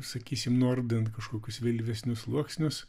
sakysim nuardant kažkokius vėlyvesnius sluoksnius